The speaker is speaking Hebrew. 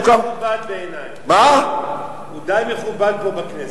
הוא די מכובד פה בכנסת.